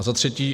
Za třetí.